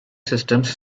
systems